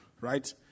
Right